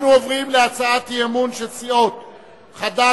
אנחנו עוברים להצעת האי-אמון של סיעות חד"ש,